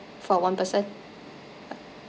for one person